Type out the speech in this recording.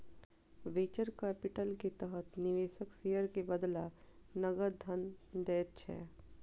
venture capital के तहत निवेशक शेयर के बदला नकद धन दै छै